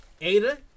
Ada